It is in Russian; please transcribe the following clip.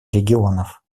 регионов